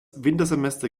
wintersemester